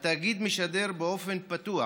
התאגיד משדר באופן פתוח